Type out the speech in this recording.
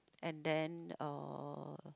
and then uh